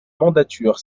mandature